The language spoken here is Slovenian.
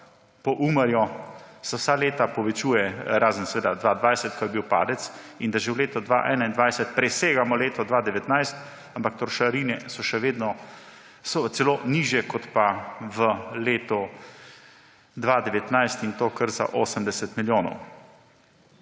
po Umarju vsa leta povečuje, razen leta 2020, ko je bil padec, in da že v letu 2021 presegamo leto 2019. Ampak trošarine so celo nižje kot v letu 2019. In to kar za 80 milijonov.